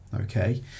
okay